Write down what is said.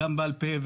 גם בעל-פה,